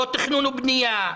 לא תכנון ובנייה,